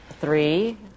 three